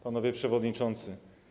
Panowie Przewodniczący!